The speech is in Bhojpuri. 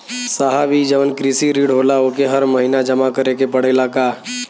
साहब ई जवन कृषि ऋण होला ओके हर महिना जमा करे के पणेला का?